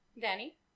Danny